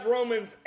Romans